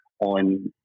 on